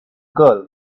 girl